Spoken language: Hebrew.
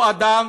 הוא אדם,